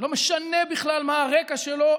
שלא משנה בכלל מה הרקע שלו,